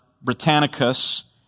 Britannicus